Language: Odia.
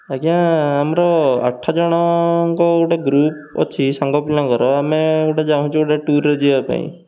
ଆଜ୍ଞା ଆମର ଆଠ ଜଣଙ୍କ ଗୋଟେ ଗ୍ରୁପ୍ ଅଛି ସାଙ୍ଗ ପିଲାଙ୍କର ଆମେ ଗୋଟେ ଚାହୁଁଛୁ ଗୋଟେ ଟୁର୍ରେ ଯିବା ପାଇଁ